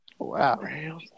Wow